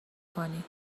کنی